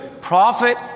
prophet